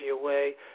away